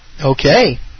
Okay